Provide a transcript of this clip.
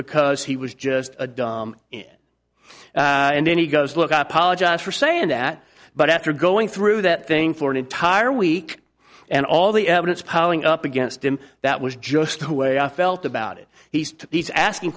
because he was just a and then he goes look i apologize for saying that but after going through that thing for an entire week and all the evidence piling up against him that was just the way i felt about it he sed these asking